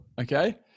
Okay